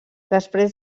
després